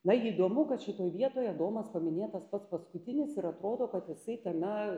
na įdomu kad šitoj vietoj adomas paminėtas pats paskutinis ir atrodo kad jisai tame